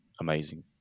amazing